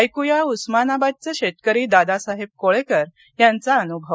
ऐकू या उस्मानाबादचे शेतकरी दादासाहेब कोळेकर यांचा अनूभव